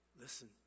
Listen